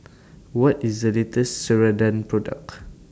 What IS The latest Ceradan Product